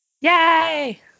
Yay